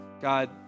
God